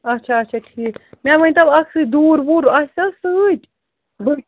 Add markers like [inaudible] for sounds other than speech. آچھا آچھا ٹھیٖک مےٚ ؤنۍتو اَتھ سۭتۍ دوٗر ووٗر آسہِ حظ سۭتۍ [unintelligible]